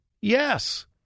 yes